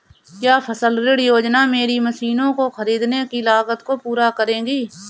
क्या फसल ऋण योजना मेरी मशीनों को ख़रीदने की लागत को पूरा करेगी?